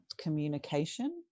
communication